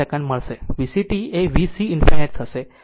1 second મળશે અને VCt એ VC ∞ થશે